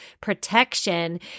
protection